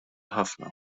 ħafna